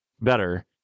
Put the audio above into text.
better